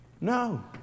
No